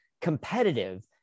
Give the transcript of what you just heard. competitive